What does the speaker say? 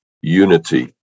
unity